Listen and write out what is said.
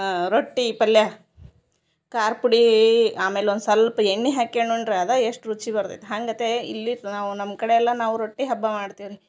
ಆ ರೊಟ್ಟಿ ಪಲ್ಯ ಖಾರ್ ಪುಡಿ ಆಮೇಲೆ ಒಂದ್ ಸೊಲ್ಪ ಎಣ್ಣೆ ಹಾಕ್ಯನುಂಡರೆ ಅದಾ ಎಷ್ಟು ರುಚಿ ಬರ್ದೈತಿ ಹಂಗತೇ ಇಲ್ಲಿ ನಾವು ನಮ್ಕಡೆ ಎಲ್ಲ ನಾವು ರೊಟ್ಟಿ ಹಬ್ಬ ಮಾಡ್ತಿವಿ ರೀ